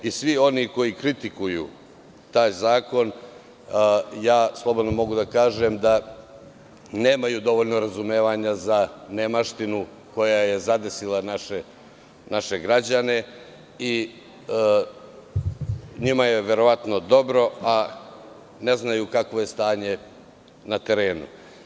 Svi oni koji kritikuju taj zakon, slobodno mogu da kažem, nemaju dovoljno razumevanja za nemaštinu koja je zadesila naše građane i njima je verovatno dobro, a ne znaju kakvo je stanje na terenu.